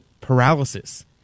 paralysis